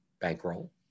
bankroll